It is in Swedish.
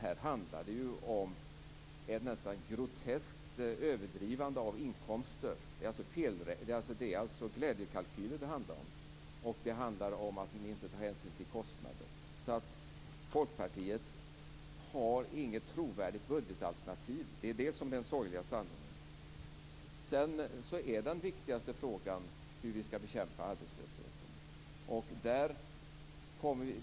Här handlar det ju om ett nästan groteskt överdrivande av inkomster. Det är alltså glädjekalkyler det handlar om. Och det handlar om att ni inte tar hänsyn till kostnader. Folkpartiet har alltså inget trovärdigt budgetalternativ. Det är den sorgliga sanningen. Den viktigaste frågan är hur vi skall bekämpa arbetslösheten.